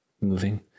moving